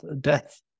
death